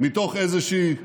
מתוך איזושהי הנאה.